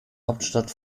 hauptstadt